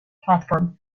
platform